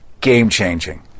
Game-changing